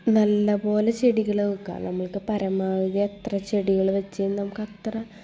നല്ലപോലെ ചെടികൾ വെയ്ക്കുക നമ്മൾക്ക് പരമാവധി എത്ര ചെടികൾ വെച്ചെന്ന് നമുക്കത്ര